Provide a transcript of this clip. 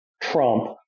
Trump